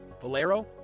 Valero